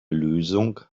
lösung